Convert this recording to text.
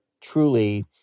truly